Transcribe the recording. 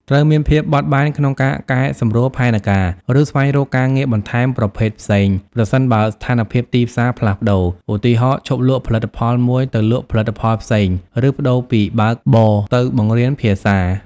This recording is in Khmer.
ត្រូវមានភាពបត់បែនក្នុងការកែសម្រួលផែនការ ឬស្វែងរកការងារបន្ថែមប្រភេទផ្សេង ប្រសិនបើស្ថានភាពទីផ្សារផ្លាស់ប្តូរ ឧទាហរណ៍ ឈប់លក់ផលិតផលមួយទៅលក់ផលិតផលផ្សេង ឬប្តូរពីបើកបរទៅបង្រៀនភាសា។